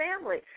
family